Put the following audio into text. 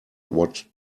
what